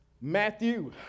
Matthew